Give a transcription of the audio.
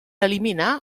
eliminar